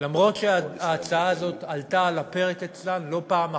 למרות שההצעה הזאת עלתה על הפרק אצלן לא פעם אחת,